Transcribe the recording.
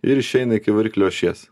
ir išeina iki variklio ašies